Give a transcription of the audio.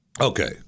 okay